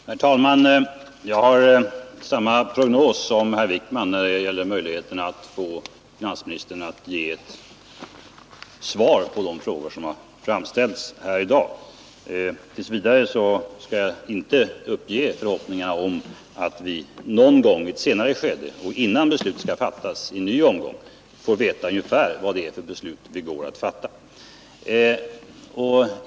Herr talman! Jag har samma prognos som herr Wijkman när det gäller möjligheterna att förmå finansministern att ge ett svar på de frågor som har framställts här i dag. Tills vidare skall jag dock inte uppge förhoppningarna om att vi någon gång, i ett senare skede och före nästa omgång, får veta ungefär vad det är för beslut vi går att fatta.